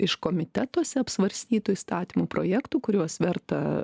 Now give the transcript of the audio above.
iš komitetuose apsvarstytų įstatymų projektų kuriuos verta